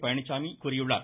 பழனிசாமி கூறியுள்ளார்